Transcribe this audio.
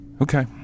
Okay